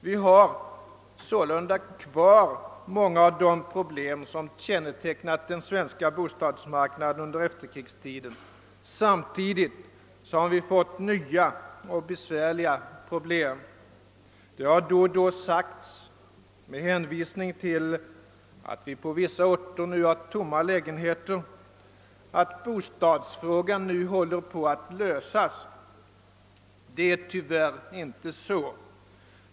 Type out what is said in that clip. Vi har sålunda kvar många av de problem som kännetecknat den svenska bostadsmarknaden under efterkrigstiden samtidigt som vi fått nya och besvärliga problem. Det har då och då sagts, med hänvis ning till att det på vissa orter finns tomma lägenheter, att bostadsfrågan håller på att lösas. Så är tyvärr inte fallet.